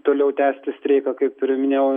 toliau tęsti streiką kaip ir minėjau